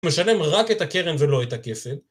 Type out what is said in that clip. משלם רק את הקרן ולא את הכפל.